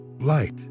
light